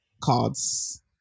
cards